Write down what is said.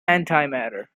antimatter